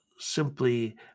simply